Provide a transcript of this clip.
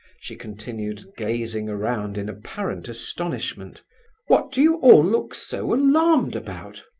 she continued, gazing around in apparent astonishment what do you all look so alarmed about?